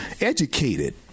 educated